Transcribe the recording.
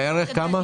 כמה בערך?